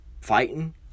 fighting